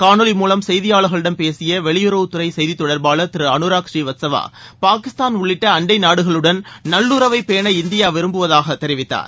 காணொலி மூலம் செய்தியாளர்களிடம் பேசிய வெளியுறவு செய்தித் தொடர்பாளர் திரு அனுசராக் ஸ்ரீவஸ்தவா பாகிஸ்தான் உள்ளிட்ட அண்டை நாடுகளுடன் நல்லுறவை பேண இந்தியா விரும்புவதாக தெரிவித்தார்